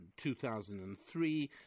2003